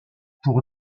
pour